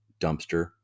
Dumpster